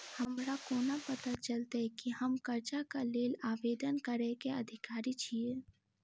हमरा कोना पता चलतै की हम करजाक लेल आवेदन करै केँ अधिकारी छियै?